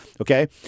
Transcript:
Okay